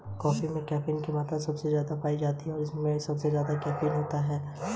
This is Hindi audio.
एस.बी.आई पर्सनल ऋण ई.एम.आई की गणना के लिए बैलेंस मेथड को कम करता है